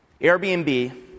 Airbnb